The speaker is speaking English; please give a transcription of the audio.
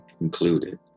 included